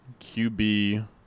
QB